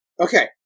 Okay